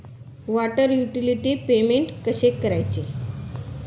Water utility payment कसे करायचे?